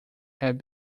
have